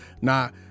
now